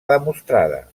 demostrada